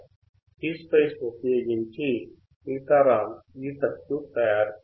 PSpice ఉపయోగించి సీతారామ్ ఈ సర్క్యూట్ను తయారు చేశారు